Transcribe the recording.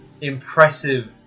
impressive